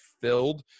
filled